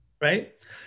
right